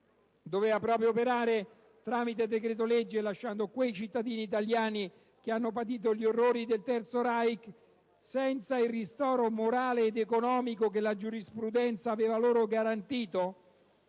Doveva proprio operare tramite decreto-legge, lasciando quei cittadini italiani che hanno patito gli orrori del Terzo Reich senza il ristoro morale ed economico che la giurisprudenza aveva loro garantito?